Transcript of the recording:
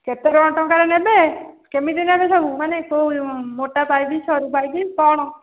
କେତେ କ'ଣ ଟଙ୍କାରେ ନେବେ କେମିତି ନେବେ ସବୁ ମାନେ କେଉଁ ମୋଟା ପାଇପ୍ ସରୁ ପାଇପ୍ କ'ଣ